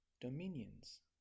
dominions